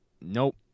nope